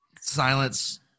silence